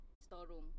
storeroom